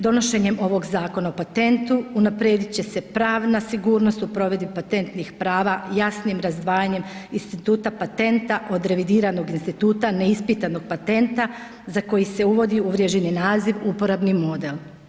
Donošenjem ovog Zakona o patentu unaprijediti će se pravna sigurnost u provedbi patentnih prava jasnim razdvajanjem instituta patenta od revidiranog instituta, neispitanog patenta za kojeg se uvodi uvrježeni naziv uporabni model.